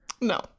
No